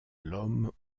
l’homme